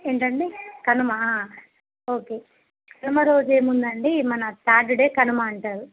ఏంటండి కనుమ ఓకే కనుమ రోజు ఏముంది అండి మన సాటర్డే కనుమ అంటారు